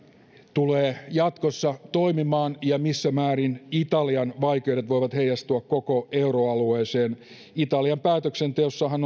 tulee jatkossa toimimaan ja missä määrin italian vaikeudet voivat heijastua koko euroalueeseen italian päätöksenteossahan